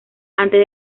antes